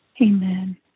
Amen